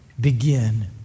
begin